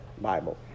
Bible